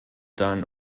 dann